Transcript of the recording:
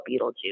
Beetlejuice